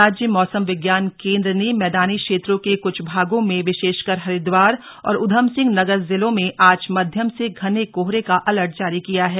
राज्य मौसम विज्ञान केंद्र ने मैदानी क्षेत्रों के कुछ भागों में विशेषकर हरिद्वार और उधमसिंह नगर जिलों में आज मध्यम से घने कोहरे का अलर्ट जारी किया है